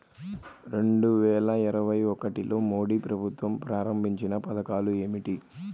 రెండు వేల ఇరవై ఒకటిలో మోడీ ప్రభుత్వం ప్రారంభించిన పథకాలు ఏమిటీ?